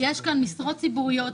יש כאן משרות ציבוריות,